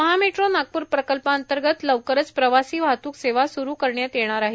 महा Metro Nagpur प्रकल्पांतर्गत लवकरच प्रवासी वाहतूक सेवा सुरु करण्यात येणार आहे